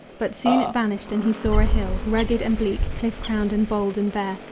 but soon it vanished, and he saw a hill, rugged and bleak, cliff crowned and bald and bare,